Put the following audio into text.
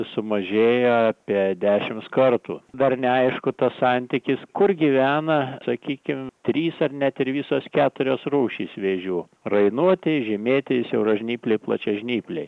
sumažėja apie dešims kartų dar neaišku tas santykis kur gyvena sakykim trys ar net ir visos keturios rūšys vėžių rainuotieji žymėtieji siauražnypliai plačiažnypliai